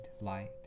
light